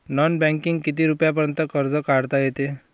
Non बँकिंगनं किती रुपयापर्यंत कर्ज काढता येते?